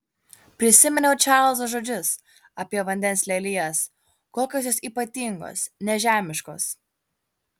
prisiminiau čarlzo žodžius apie vandens lelijas kokios jos ypatingos nežemiškos